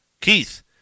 Keith